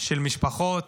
של משפחות